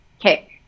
Okay